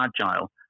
agile